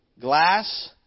glass